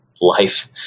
life